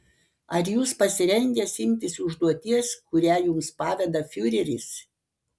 ar jūs pasirengęs imtis užduoties kurią jums paveda fiureris